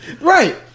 right